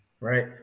Right